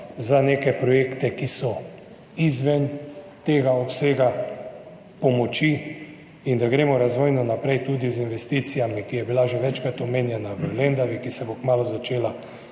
za neke projekte, ki so izven tega obsega pomoči in da gremo razvojno naprej tudi z investicijami, kot je ta v gospodarstvu, ki je bila že večkrat omenjena, v Lendavi, ki se bo kmalu začela,